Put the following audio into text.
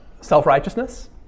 self-righteousness